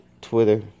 Twitter